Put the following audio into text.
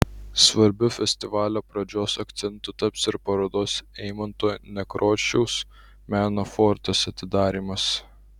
svarbiu festivalio pradžios akcentu taps ir parodos eimunto nekrošiaus meno fortas atidarymas